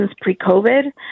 pre-COVID